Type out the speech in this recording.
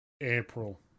April